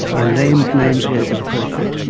i named names where it was appropriate,